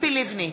ציפי לבני,